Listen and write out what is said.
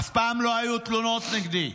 אף פעם לא היו תלונות נגדי.